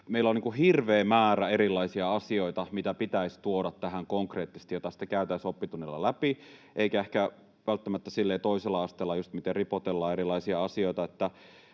meillä on hirveä määrä erilaisia asioita, mitä pitäisi tuoda tähän konkreettisesti, joita sitten käytäisiin oppitunnilla läpi, eikä ehkä välttämättä just silleen, miten toisella asteella ripotellaan erilaisia asioita.